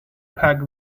peg